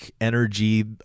energy